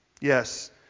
Yes